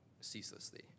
ceaselessly